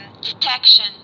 detection